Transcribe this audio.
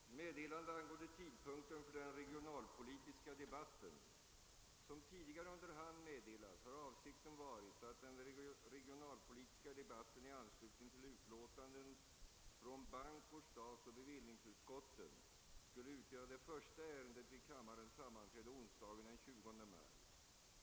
Såsom tidigare under hand meddelats har avsikten varit att den regionalpolitiska debatten i anslutning till utlåtanden från banko-, statsoch bevillningsutskotten skulle utgöra det första ärendet vid kammarens sammanträde onsdagen den 20 maj.